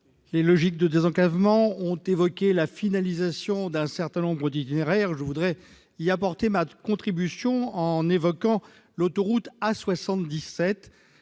les logiques de désenclavement, la finalisation d'un certain nombre d'itinéraires ... Je voudrais y apporter ma contribution en évoquant l'A 77.